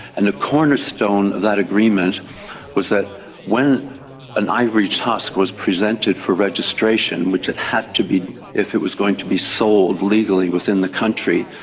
and a cornerstone of that agreement was that when an ivory tusk was presented for registration which it had to be if it was going to be sold legally within the country,